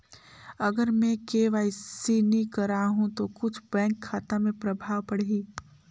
अगर मे के.वाई.सी नी कराहू तो कुछ बैंक खाता मे प्रभाव पढ़ी?